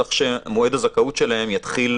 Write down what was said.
צריך שמועד הזכאות שלהם יתחיל